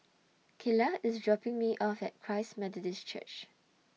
Kylah IS dropping Me off At Christ Methodist Church